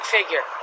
figure